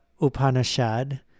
Upanishad